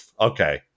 okay